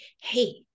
hey